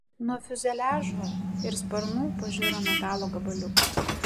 nuo fiuzeliažo ir sparnų pažiro metalo gabaliukai